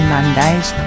Mondays